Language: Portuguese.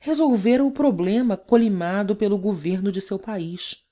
resolvera o problema colimado pelo governo de seu país